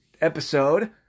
episode